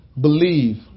believe